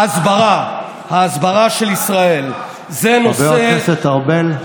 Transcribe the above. ההסברה, ההסברה של ישראל חבר הכנסת ארבל.